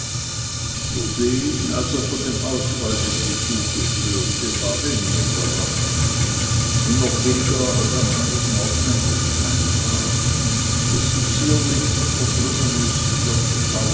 als er von dem ausfall des besuches hörte war wenig überrascht und noch weniger als am andern morgen ein brief eintraf dessen zierlich